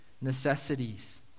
necessities